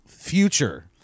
future